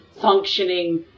functioning